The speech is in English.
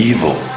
Evil